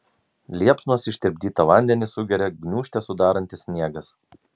liepsnos ištirpdytą vandenį sugeria gniūžtę sudarantis sniegas